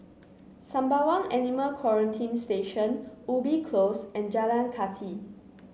Sembawang Animal Quarantine Station Ubi Close and Jalan Kathi